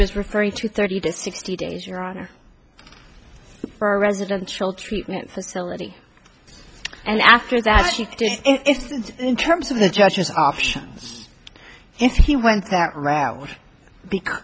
was referring to thirty to sixty days your honor for a residential treatment facility and after that she is in terms of the judge's options if he went that route because